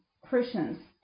Christians